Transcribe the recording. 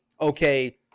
okay